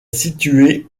située